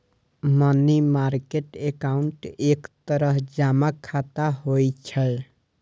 money market account एक तरह जमा खाता होइ छै